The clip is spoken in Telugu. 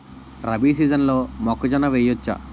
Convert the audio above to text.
రబీ సీజన్లో మొక్కజొన్న వెయ్యచ్చా?